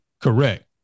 Correct